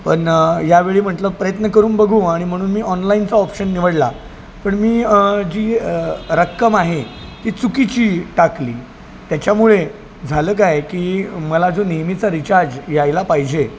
पण यावेळी म्हटलं प्रयत्न करून बघू आणि म्हणून मी ऑनलाईनचा ऑप्शन निवडला पण मी जी रक्कम आहे ती चुकीची टाकली त्याच्यामुळे झालं काय की मला जो नेहमीचा रिचार्ज यायला पाहिजे